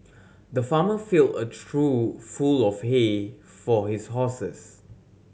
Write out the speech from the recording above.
the farmer filled a trough full of hay for his horses